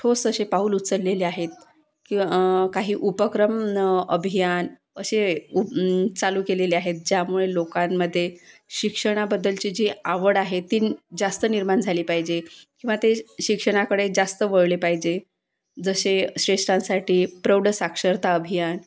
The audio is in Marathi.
ठोस असे पाऊल उचललेले आहेत किंवा काही उपक्रम अभियान असे चालू केलेले आहेत ज्यामुळे लोकांमध्ये शिक्षणाबद्दलची जी आवड आहे ती जास्त निर्माण झाली पाहिजे किंवा ते शिक्षणाकडे जास्त वळले पाहिजे जसे श्रेष्ठांसाठी प्रौढसाक्षरता अभियान